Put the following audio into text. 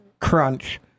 crunch